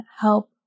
help